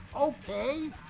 okay